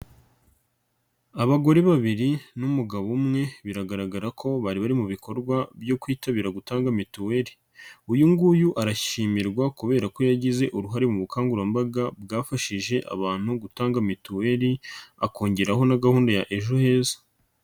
Abagore babiri n'umugabo umwe biragaragara ko bari bari mu bikorwa byo kwitabira gutanga mituweli, uyu nguyu arashimirwa kubera ko yagize uruhare mu bukangurambaga bwafashije abantu gutanga mituweli, akongeraho na gahunda ya ejo heza.